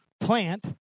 plant